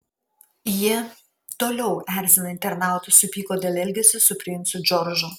jie toliau erzina internautus supyko dėl elgesio su princu džordžu